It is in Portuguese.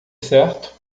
certo